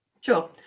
Sure